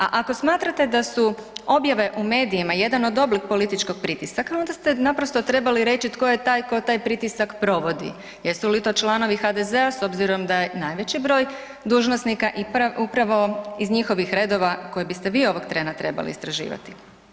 A ako smatrate da su objave u medijima jedan od oblik političkog pritisaka, onda ste naprosto trebali reći tko je taj koji taj pritisak provodi, jesu li to članovi HDZ-a s obzirom da je najveći broj dužnosnika upravo iz njihovih redova koje biste vi ovog trena trebali istraživati.